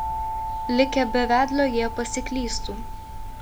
likę be vedlio jie pasiklystų